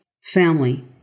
family